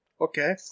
Okay